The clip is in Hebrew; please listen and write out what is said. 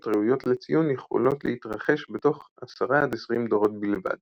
ראויות לציון יכולות להתרחש בתוך 10–20 דורות בלבד,